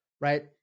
right